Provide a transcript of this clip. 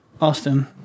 Austin